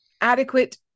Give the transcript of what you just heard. adequate